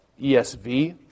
ESV